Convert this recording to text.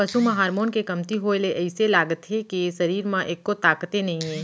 पसू म हारमोन के कमती होए ले अइसे लागथे के सरीर म एक्को ताकते नइये